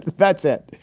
that's it,